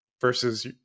versus